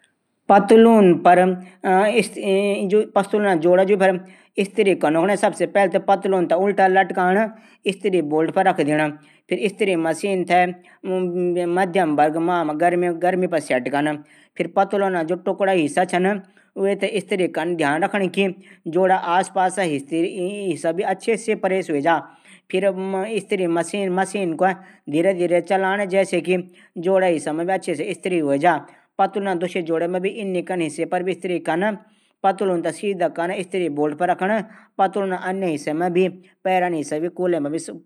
पतलूना जोडों पर स्त्री कनू कुणे की सबसे पैली। पतलून थै उल्टा लटकाण स्त्री फिर स्त्री थै गर्म होणी दिण फिर पतलूना टुकडा हिस्सा छन वेथे स्त्री कन। फिर आराम आराम से स्त्री चराण। फिर दोनो साइड। बराबर पतलून थे तैय लगाण और अचछे से रख दिण।